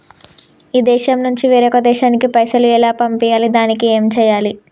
ఈ దేశం నుంచి వేరొక దేశానికి పైసలు ఎలా పంపియ్యాలి? దానికి ఏం చేయాలి?